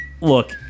look